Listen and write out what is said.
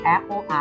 Apple